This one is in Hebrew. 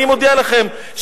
אני מודיע לכם,